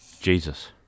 Jesus